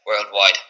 worldwide